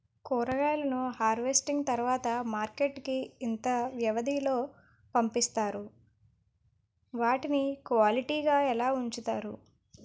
కూరగాయలను హార్వెస్టింగ్ తర్వాత మార్కెట్ కి ఇంత వ్యవది లొ పంపిస్తారు? వాటిని క్వాలిటీ గా ఎలా వుంచుతారు?